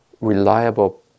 reliable